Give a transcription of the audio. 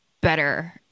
better